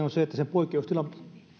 on se että se poikkeustilan